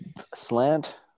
slant